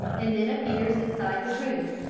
and then appears inside the room,